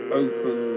open